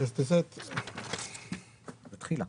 תחילה.